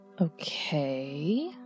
Okay